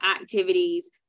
activities